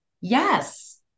Yes